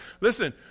Listen